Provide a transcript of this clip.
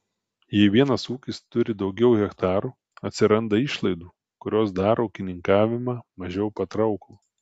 jei vienas ūkis turi daugiau hektarų atsiranda išlaidų kurios daro ūkininkavimą mažiau patrauklų